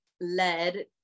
led